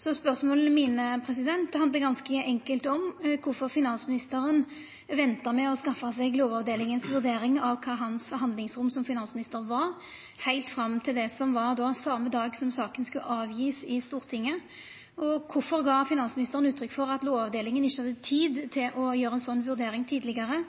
Så spørsmåla mine handlar ganske enkelt om kvifor finansministeren venta med å skaffa seg Lovavdelingas vurdering av kva handlingsrom han hadde som finansminister r, heilt fram til den same dagen som saka skulle sendast over til Stortinget. Og kvifor gav finansministeren uttrykk for at Lovavdelinga ikkje hadde tid til å gjera ei slik vurdering tidlegare,